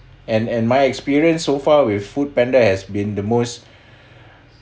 and and my experience so far with foodpanda has been the most